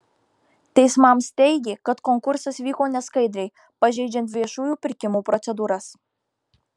teismams teigė kad konkursas vyko neskaidriai pažeidžiant viešųjų pirkimų procedūras